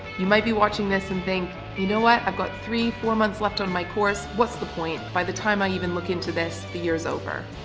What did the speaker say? you might be watching this and think you know what i've got three four months left on my course, what's the point? by the time i even look into this, the years over.